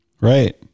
Right